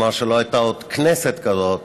אמר שלא הייתה עוד כנסת כזאת